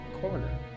corner